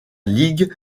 ligue